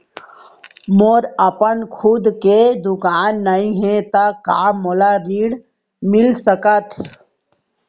मोर अपन खुद के दुकान नई हे त का मोला ऋण मिलिस सकत?